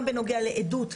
גם בנוגע לעדות.